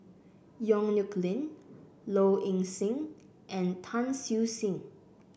Yong Nyuk Lin Low Ing Sing and Tan Siew Sin